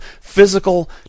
physical